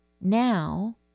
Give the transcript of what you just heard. now